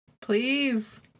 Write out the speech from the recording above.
Please